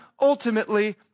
ultimately